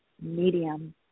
Medium